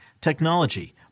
technology